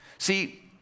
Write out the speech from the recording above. See